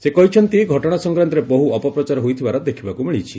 ସେ କହିଛନ୍ତି ଘଟଣା ସଂକ୍ରାନ୍ତରେ ବହୁ ଅପପ୍ରଚାର ହୋଇଥିବାର ଦେଖିବାକୁ ମିଳିଛି